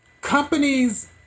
companies